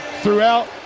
throughout